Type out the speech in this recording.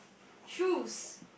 shoes